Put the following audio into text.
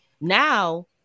Now